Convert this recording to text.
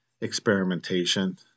experimentation